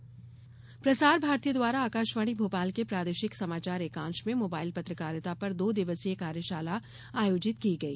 आकाशवाणी समाचार कार्यशाला प्रसार भारती द्वारा आकाशवाणी भोपाल के प्रादेशिक समाचार एकांश में मोबाइल पत्रकारिता पर दो दिवसीय कार्यशाला आयोजित की गई